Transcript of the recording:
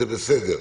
זה בסדר.